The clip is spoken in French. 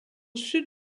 sud